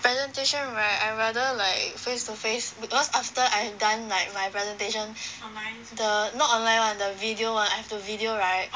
presentation right I rather like face to face because after I have done like my presentation the not online [one] the video [one] the video right